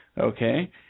Okay